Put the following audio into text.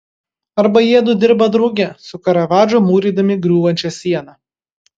arba jiedu dirba drauge su karavadžu mūrydami griūvančią sieną